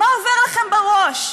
מה עובר לכם בראש?